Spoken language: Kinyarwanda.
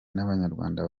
n’abanyarwanda